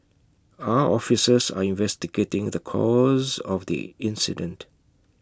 our officers are investigating the cause of the incident